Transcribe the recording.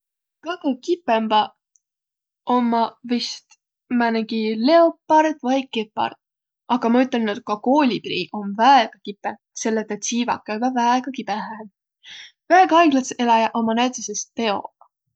Kõgõ kipõmbaq ommaq vist määnegi leopard vai gepard. Aga ma ütelnüq, et ka koolibri om väega kipõ. Selle et tä tsiivaq käüväq väega kibõhõhe. Väega aigladsõq eläjäq ommaq näütüses teoq.